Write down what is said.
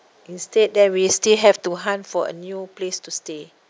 instead then we still have to hunt for a new place to stay